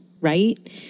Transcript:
right